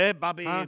Bobby